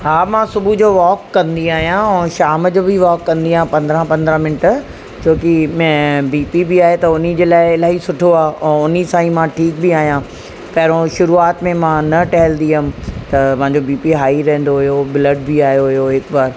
हा मां सुबुह जो वॉक कंदी आहियां ऐं शाम जो बि वॉक कंदी आहियां पंद्रहं पंद्रहं मिंट छो कि में बी पी बि आहे त उन जे लाइ इलाही सुठो आहे ऐं उन सां ई मां ठीक बि आहियां पहिरों शुरूआति में मां न टहलंदी हुअमि त मुंहिंजो बी पी हाए रहंदो हुयो ब्लड बि आयो हुयो हिकु बार